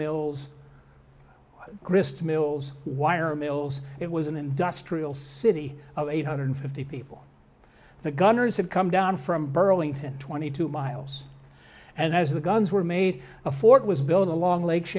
mills grist mills wire mills it was an industrial city of eight hundred fifty people the gunners had come down from burlington twenty two miles and as the guns were made a fort was built along lake